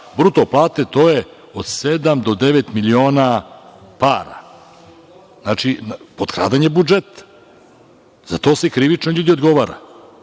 bruto plate, to je od sedam do devet miliona para. Znači, potkradanje budžeta. Za to se krivično odgovara.